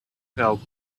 help